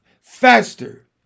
faster